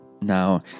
Now